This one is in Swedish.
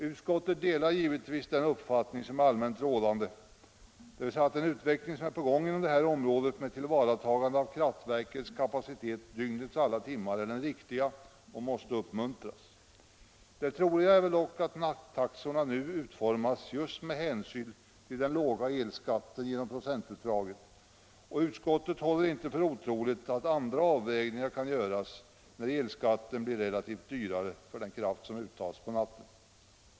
Utskottet delar givetvis den uppfattning som är allmänt rådande, dvs. att den utveckling som är på gång inom det här området med tillvaratagande av kraftverkens kapacitet dygnets alla timmar är den riktiga och måste uppmuntras. Det troliga är dock att nattaxorna nu utformats just med hänsyn till den låga elskatten genom procentuttaget, och utskottet håller inte för otroligt att andra avvägningar kan göras när elskatten blir relativt dyrare för den kraft som uttas på natten.